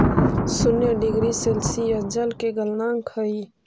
शून्य degree Celsius जल के गलनांक हई